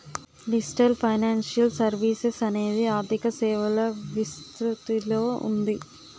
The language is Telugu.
డిజిటల్ ఫైనాన్షియల్ సర్వీసెస్ అనేది ఆర్థిక సేవల విస్తృతిలో ఉంది